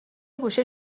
گوشی